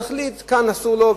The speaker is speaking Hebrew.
יחליט: כאן אסור לו,